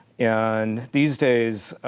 and these days,